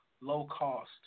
low-cost